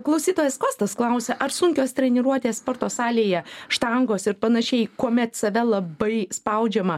klausytojas kostas klausia ar sunkios treniruotės sporto salėje štangos ir panašiai kuomet save labai spaudžiama